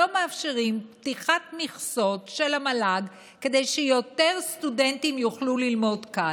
פתיחת מכסות של המל"ג כדי שיותר סטודנטים יוכלו ללמוד כאן.